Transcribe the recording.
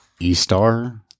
Estar